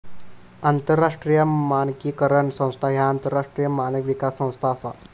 आंतरराष्ट्रीय मानकीकरण संस्था ह्या आंतरराष्ट्रीय मानक विकास संस्था असा